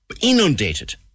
inundated